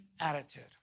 attitude